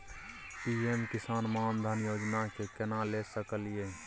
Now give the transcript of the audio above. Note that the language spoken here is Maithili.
पी.एम किसान मान धान योजना के केना ले सकलिए?